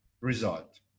result